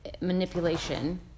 manipulation